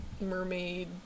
mermaid